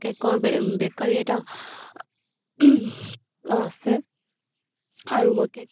কেকৰ বে বেকাৰী এটা আছে আৰু মই কেক